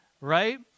right